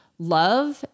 love